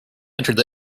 entered